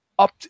Up